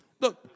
Look